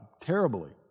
terribly